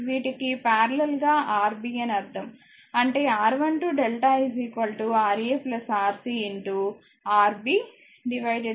వీటికి పారలెల్ గా Rb అని అర్ధం అంటే R12డెల్టా Ra RcRb Ra Rc Rb